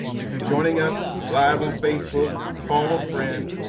if you're joining us live on facebook, call a friend,